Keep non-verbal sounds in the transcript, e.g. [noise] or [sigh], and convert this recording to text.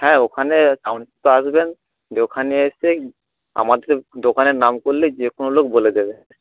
হ্যাঁ ওখানে [unintelligible] আসবেন [unintelligible] ওখানে এসে আমাদের দোকানের নাম করলেই যে কোনো লোক বলে দেবে